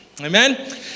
Amen